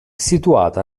situata